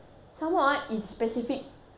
it was specific to me dear kalpana